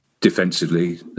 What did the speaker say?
defensively